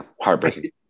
heartbreaking